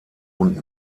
und